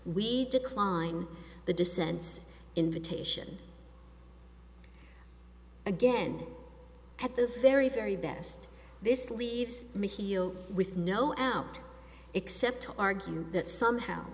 we declined the dissents invitation again at the very very best this leaves me heel with no out except to argue that somehow